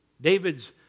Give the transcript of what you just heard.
David's